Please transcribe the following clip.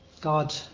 God